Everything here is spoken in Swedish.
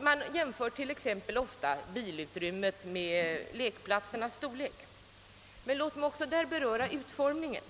Man jämför ofta utrymmena för parkeringsplatser och lekplatser. Låt mig även beröra frågan om utformningen.